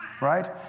right